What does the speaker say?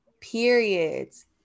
Periods